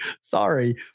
Sorry